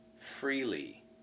Freely